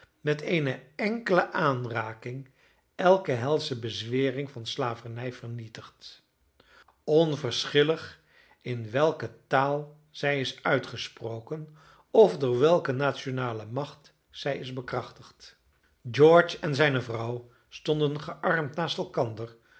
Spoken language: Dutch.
met eene enkele aanraking elke helsche bezwering van slavernij vernietigt onverschillig in welke taal zij is uitgesproken of door welke nationale macht zij is bekrachtigd george en zijne vrouw stonden gearmd naast elkander